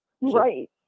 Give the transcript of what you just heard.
Right